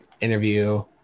interview